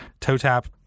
toe-tap